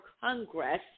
Congress